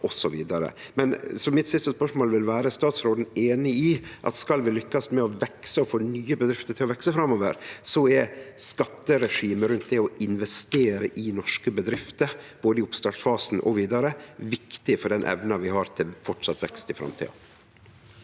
Mitt siste spørsmål vil vere: Er statsråden einig i at skal vi lykkast med å vekse og få nye bedrifter til å vekse framover, så er skatteregimet rundt det å investere i norske bedrifter, både i oppstartsfasen og vidare, viktig for den evna vi har til vidare vekst i framtida?